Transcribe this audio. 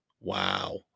wow